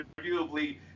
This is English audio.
arguably